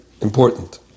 important